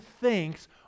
thinks